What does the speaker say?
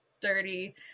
dirty